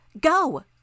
Go